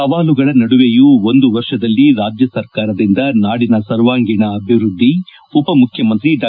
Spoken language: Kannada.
ಸವಾಲುಗಳ ನಡುವೆಯೂ ಒಂದು ವರ್ಷದಲ್ಲಿ ರಾಜ್ಯ ಸರ್ಕಾರದಿಂದ ನಾಡಿನ ಸರ್ವಾಂಗೀಣ ಅಭಿವೃದ್ದಿ ಉಪ ಮುಖ್ಯಮಂತ್ರಿ ಡಾ